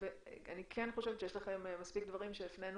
אני כן חושבת שיש לכם מספיק דברים שהפנינו